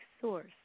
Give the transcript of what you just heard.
source